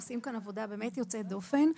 עושים כאן עבודה באמת יוצאת דופן.